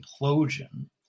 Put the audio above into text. implosion